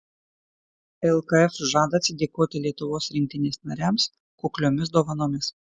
lkf žada atsidėkoti lietuvos rinktinės nariams kukliomis dovanomis